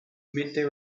midday